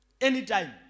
Anytime